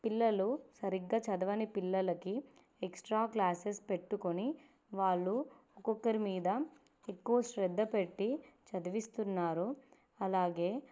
పిల్లలు సరిగ్గా చదవని పిల్లలకి ఎక్స్ట్రా క్లాసెస్ పెట్టుకొని వాళ్ళు ఒక్కొక్కరి మీద ఎక్కువ శ్రద్ధ పెట్టి చదివిస్తున్నారు అలాగే